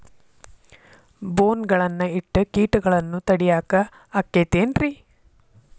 ಬೋನ್ ಗಳನ್ನ ಇಟ್ಟ ಕೇಟಗಳನ್ನು ತಡಿಯಾಕ್ ಆಕ್ಕೇತೇನ್ರಿ?